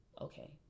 Okay